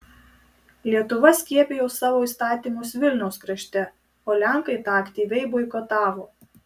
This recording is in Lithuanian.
lietuva skiepijo savo įstatymus vilniaus krašte o lenkai tą aktyviai boikotavo